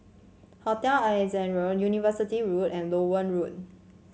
Hotel Ascendere Road University Road and Loewen Road